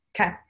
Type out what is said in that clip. Okay